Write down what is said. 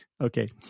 Okay